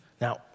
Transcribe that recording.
Now